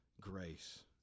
grace